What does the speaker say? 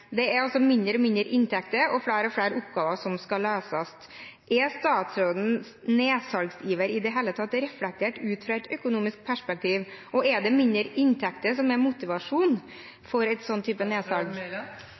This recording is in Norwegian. Det er altså mindre og mindre inntekter og flere og flere oppgaver som skal løses. Er statsrådens nedsalgsiver i det hele tatt reflektert ut fra et økonomisk perspektiv? Og: Er det mindre inntekter som er